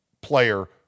player